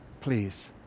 Please